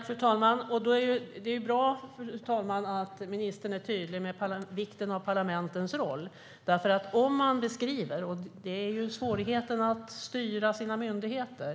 Fru talman! Det är bra att ministern är tydlig med vikten av parlamentens roll. Det är svårt att styra sina myndigheter.